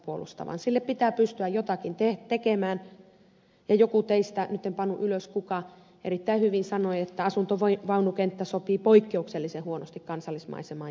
sille pitää pystyä jotakin tekemään ja joku teistä nyt en pannut ylös kuka erittäin hyvin sanoi että asuntovaunukenttä sopii poikkeuksellisen huonosti kansallismaisemaan ja kansallispuistoon